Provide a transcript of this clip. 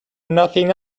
nothing